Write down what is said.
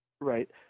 right